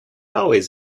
always